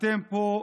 אתם פה בטעות,